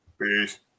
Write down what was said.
Peace